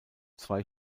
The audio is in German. zwei